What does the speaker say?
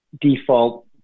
default